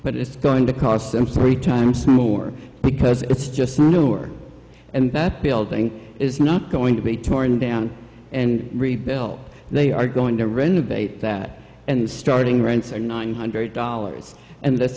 but it's going to cost some scary times more because it's just not over and that building is not going to be torn down and rebuilt they are going to renovate that and starting rents are nine hundred dollars and this